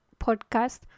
podcast